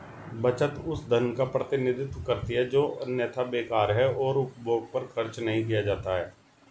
बचत उस धन का प्रतिनिधित्व करती है जो अन्यथा बेकार है और उपभोग पर खर्च नहीं किया जाता है